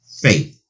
faith